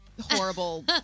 horrible